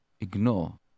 ignore